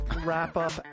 wrap-up